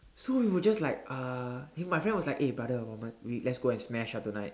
so we were just like uh and my friend was just like eh brother 我们 we let's go and smash ah tonight